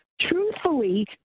truthfully